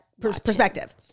perspective